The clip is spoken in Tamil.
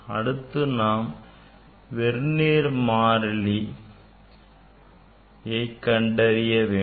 அடுத்து நாம் வெர்னியர் மாறிலி மை கண்டறிய வேண்டும்